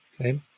Okay